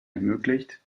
ermöglicht